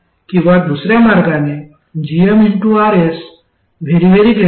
किंवा दुसऱ्या मार्गाने gmRs 1